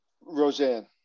Roseanne